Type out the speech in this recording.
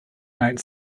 night